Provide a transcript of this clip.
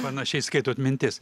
panašiai skaitot mintis